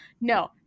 no